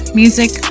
music